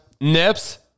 Nips